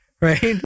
right